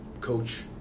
coach